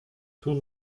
cóż